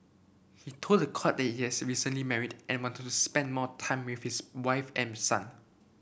he told the court that he recently married and wanted to spend more time with his wife and son